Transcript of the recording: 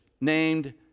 named